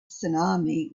tsunami